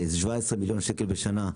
17 מיליון שקלים לשנה.